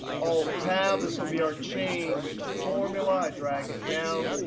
alt-tab, this will be our change formula. i drag it down.